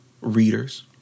readers